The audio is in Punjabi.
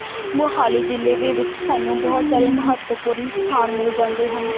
ਮੋਹਾਲੀ ਜ਼ਿਲ੍ਹੇ ਦੇ ਵਿੱਚ ਸਾਨੂੰ ਬਹੁਤ ਸਾਰੀਆਂ ਮਹੱਤਵਪੂਰਨ ਸਥਾਨ ਮਿਲ ਜਾਂਦੇ ਹਨ